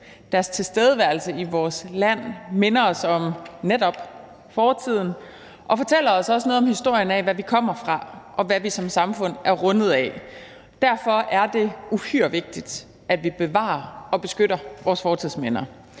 Deres tilstedeværelse i vores land minder os om netop fortiden og fortæller os også noget om historien, altså hvad vi kommer fra, og hvad vi som samfund er rundet af. Derfor er det uhyre vigtigt, at vi bevarer og beskytter vores fortidsminder.